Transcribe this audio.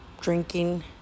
drinking